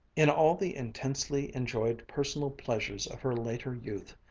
in all the intensely enjoyed personal pleasures of her later youth,